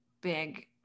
big